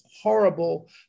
horrible